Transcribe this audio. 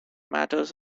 matters